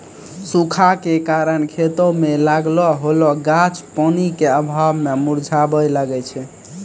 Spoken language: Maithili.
सूखा के कारण खेतो मे लागलो होलो गाछ पानी के अभाव मे मुरझाबै लागै छै